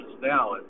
now